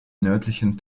nördlichen